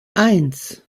eins